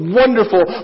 wonderful